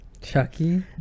Chucky